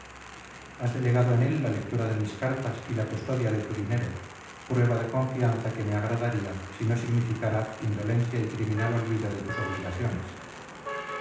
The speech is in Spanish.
has delegado en él la lectura de mis cartas y la custodia de tu dinero prueba de confianza que me agradaría si no significara indolencia y criminal olvido de tus obligaciones